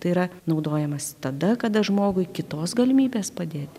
tai yra naudojamas tada kada žmogui kitos galimybės padėti